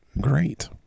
Great